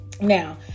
Now